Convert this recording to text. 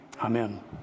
amen